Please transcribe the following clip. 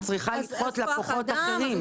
את צריכה לדחות לקוחות אחרים.